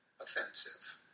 offensive